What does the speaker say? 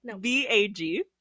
B-A-G